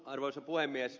arvoisa puhemies